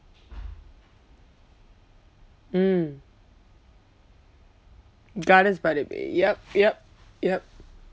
mm gardens by the bay yup yup yup